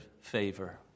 favor